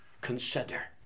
consider